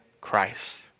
Christ